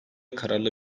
kararlı